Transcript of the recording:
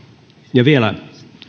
ja vielä